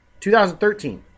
2013